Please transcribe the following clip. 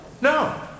No